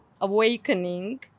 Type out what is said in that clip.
awakening